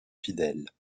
fidèles